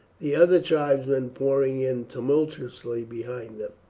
the other tribesmen pouring in tumultuously behind them.